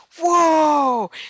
whoa